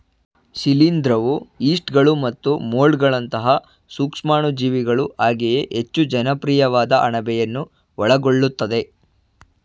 ಶಿಲೀಂಧ್ರವು ಯೀಸ್ಟ್ಗಳು ಮತ್ತು ಮೊಲ್ಡ್ಗಳಂತಹ ಸೂಕ್ಷಾಣುಜೀವಿಗಳು ಹಾಗೆಯೇ ಹೆಚ್ಚು ಜನಪ್ರಿಯವಾದ ಅಣಬೆಯನ್ನು ಒಳಗೊಳ್ಳುತ್ತದೆ